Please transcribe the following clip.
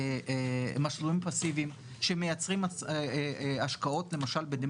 מי שייהנה מהורדת התקרה זה קודם כל צעירים